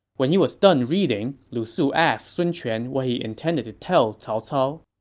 when he was done reading, lu su asked sun quan what he intended to tell cao cao